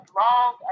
long